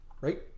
Right